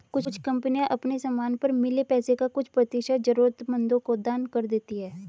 कुछ कंपनियां अपने समान पर मिले पैसे का कुछ प्रतिशत जरूरतमंदों को दान कर देती हैं